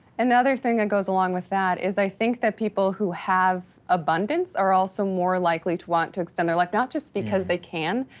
and the other thing that goes along with that is i think that people who have abundance are also more likely to want to extend their life, not just because they can,